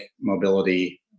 mobility